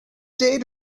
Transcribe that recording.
day